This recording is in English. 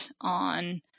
on